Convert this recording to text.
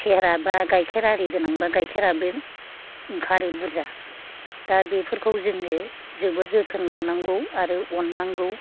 सेहेरा बा गाइखेर आरि गोनांबा गाइखेराबो ओंखारो बुरजा दा बेफोरखौ जोङो जोबोर जोथोन लानांगौ आरो अननांगौ